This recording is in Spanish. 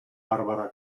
barbara